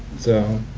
so